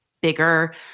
bigger